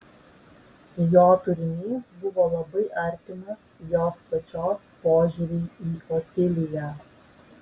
jo turinys buvo labai artimas jos pačios požiūriui į otiliją